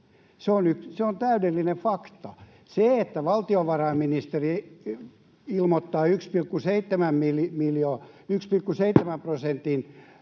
Se on täydellinen fakta. Valtiovarainministeriö ilmoittaa 1,7 prosentin